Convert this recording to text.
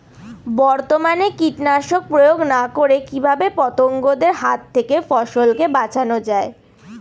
বর্তমানে কীটনাশক প্রয়োগ না করে কিভাবে পতঙ্গদের হাত থেকে ফসলকে বাঁচানো যায়?